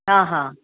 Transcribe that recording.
हां हां